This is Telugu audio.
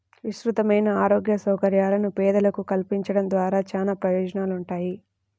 విస్తృతమైన ఆరోగ్య సౌకర్యాలను పేదలకు కల్పించడం ద్వారా చానా ప్రయోజనాలుంటాయి